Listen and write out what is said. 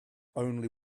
only